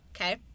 Okay